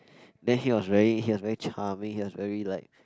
then he was very he was very charming he was very like